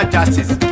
Justice